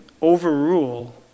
overrule